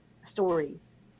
stories